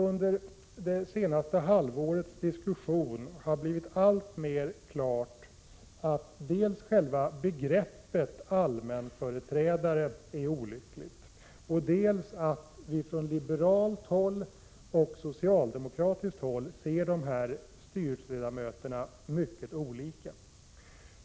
Under det senaste halvårets diskussioner har det blivit alltmer klart dels att själva begreppet ”allmänföreträdare” är olyckligt, dels att vi från liberalt håll ser mycket olika på dessa styrelseledamöter jämfört med socialdemokraterna.